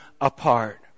apart